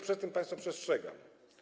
Przed tym państwa przestrzegam.